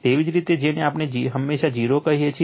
તેવી જ રીતે જેને આપણે હંમેશા 0 કહીએ છીએ